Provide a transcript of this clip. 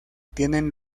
tienen